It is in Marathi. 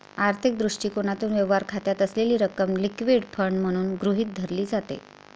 आर्थिक दृष्टिकोनातून, व्यवहार खात्यात असलेली रक्कम लिक्विड फंड म्हणून गृहीत धरली जाते